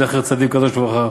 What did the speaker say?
זכר צדיק וקדוש לברכה.